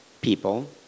people